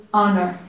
honor